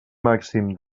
màxim